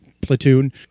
platoon